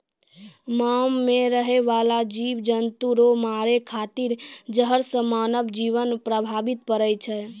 मान मे रहै बाला जिव जन्तु रो मारै खातिर जहर से मानव जिवन प्रभावित पड़ै छै